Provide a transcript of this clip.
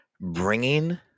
bringing